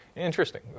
Interesting